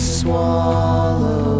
swallow